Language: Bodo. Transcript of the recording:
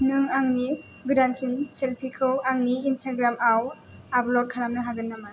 नों आंनि गोदानसिन सेल्फिखौ आंनि इन्सटाग्रामआव आपल'ड खालामनो हागोन नामा